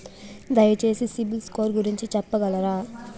దయచేసి CIBIL score గురించి చెప్పగలరా?